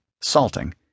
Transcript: salting